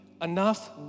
Enough